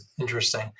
Interesting